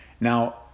Now